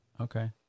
Okay